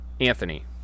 Anthony